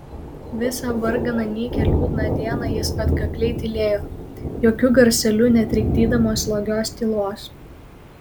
visą varganą nykią liūdną dieną jis atkakliai tylėjo jokiu garseliu netrikdydamas slogios tylos